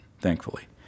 thankfully